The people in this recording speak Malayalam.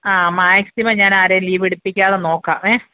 ആ മാക്സിമം ഞാൻ ആരെയും ലീവെടുപ്പിക്കാതെ നോക്കാം ഏ